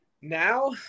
Now